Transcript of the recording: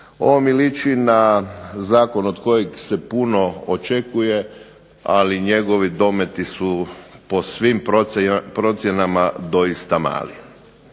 Ovo mi liči na zakon od kojeg se puno očekuje, ali njegovi dometi su po svim procjenama doista mali.